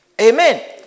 Amen